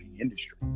industry